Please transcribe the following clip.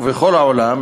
וכל העולם,